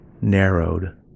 narrowed